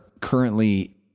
currently